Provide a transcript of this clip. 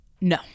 No